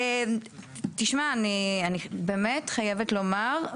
אני חייבת לומר,